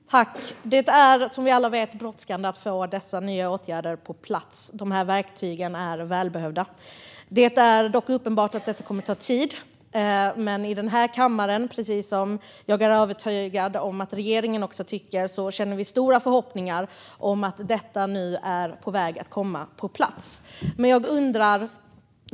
Fru talman! Det är som vi alla vet brådskande att få dessa nya åtgärder på plats. Dessa verktyg är välbehövliga. Det är dock uppenbart att det kommer att ta tid, men liksom vi här i kammaren är jag övertygad om att regeringen har stora förhoppningar på att detta är på väg att komma på plats.